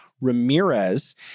Ramirez